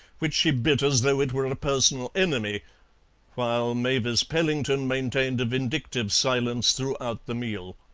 which she bit as though it were a personal enemy while mavis pellington maintained a vindictive silence throughout the meal.